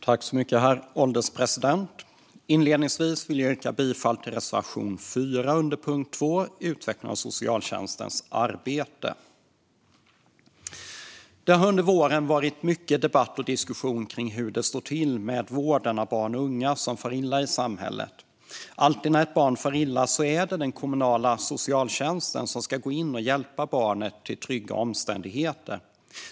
Herr ålderspresident! Inledningsvis vill jag yrka bifall till reservation 4 under punkt 2, Utveckling av socialtjänstens arbete. Det har under våren varit mycket debatt och diskussion om hur det står till med vården av barn och unga som far illa i samhället. Alltid när ett barn far illa är det den kommunala socialtjänsten som ska gå in och hjälpa barnet till trygga omständigheter.